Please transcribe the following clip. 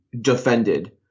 defended